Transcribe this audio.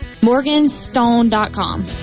morganstone.com